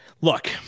Look